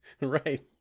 Right